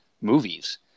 movies